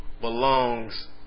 belongs